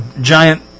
giant